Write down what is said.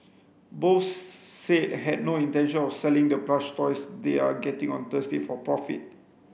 both said had no intention of selling the plush toys they are getting on Thursday for profit